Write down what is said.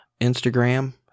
Instagram